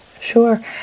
Sure